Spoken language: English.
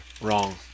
wrong